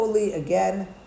again